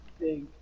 big